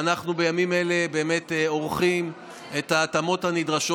ואנחנו בימים אלה עורכים את ההתאמות הנדרשות